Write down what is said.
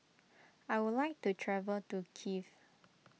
I would like to travel to Kiev